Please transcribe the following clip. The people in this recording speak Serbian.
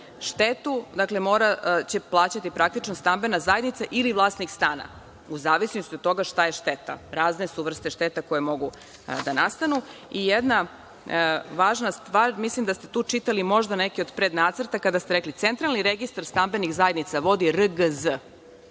štetu će plaćati praktično stambena zajednica ili vlasnik stana u zavisnosti od toga šta je šteta. Razne su vrste šteta koje mogu da nastanu.I jedna važna stvar, mislim da ste tu čitali možda neki od prednacrta kada ste rekli – centralni registar stambenih zajednica vodi RGZ,